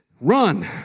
Run